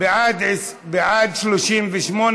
מס' 13),